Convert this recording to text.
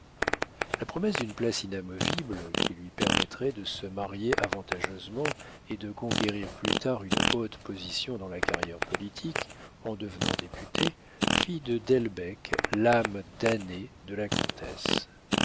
la promesse d'une place inamovible qui lui permettrait de se marier avantageusement et de conquérir plus tard une haute position dans la carrière politique en devenant député fit de delbecq l'âme damnée de la comtesse